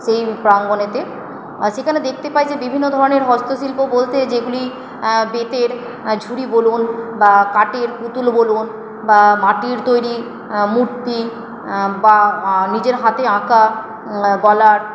সেই প্রাঙ্গনেতে সেইখানে দেখতে পাই যে বিভিন্ন ধরনের হস্তশিল্প বলতে যেগুলি বেতের ঝুড়ি বলুন বা কাঠের পুতুল বলুন বা মাটির তৈরি মূর্তি বা নিজের হাতে আঁকা গলার